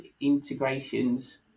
integrations